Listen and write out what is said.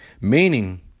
Meaning